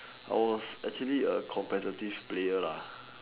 I was actually a competitive player lah